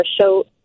show